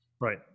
Right